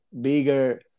bigger